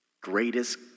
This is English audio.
greatest